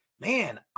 man